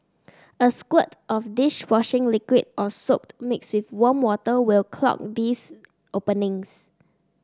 a squirt of dish washing liquid or soap mixed with warm water will clog these openings